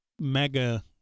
mega